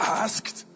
asked